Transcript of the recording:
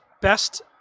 Best